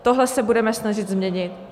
Tohle se budeme snažit změnit.